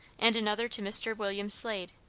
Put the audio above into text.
and another to mr. wm. slade,